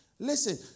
Listen